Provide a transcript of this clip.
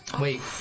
Wait